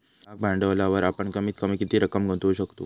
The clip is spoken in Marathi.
भाग भांडवलावर आपण कमीत कमी किती रक्कम गुंतवू शकू?